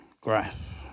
graph